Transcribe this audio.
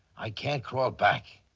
i can't crawl back.